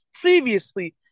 Previously